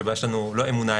כשהבעיה שלנו לא אמונה,